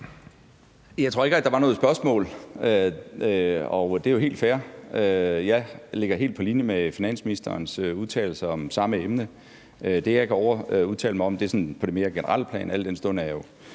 Jeg tror ikke rigtig, der var noget spørgsmål, og det er jo helt fair. Jeg ligger helt på linje med finansministerens udtalelser om samme emne. Det, jeg kan udtale mig om, er sådan på det mere generelle plan,